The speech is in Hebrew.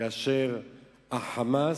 שה"חמאס"